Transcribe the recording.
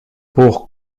pour